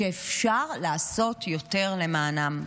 שאפשר לעשות יותר למענם.